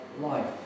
life